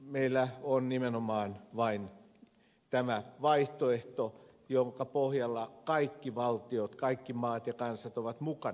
meillä on nimenomaan vain tämä vaihtoehto jonka pohjalta kaikki valtiot kaikki maat ja kansat ovat mukana